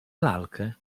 lalkę